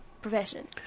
profession